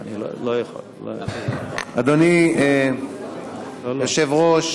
אדוני היושב-ראש,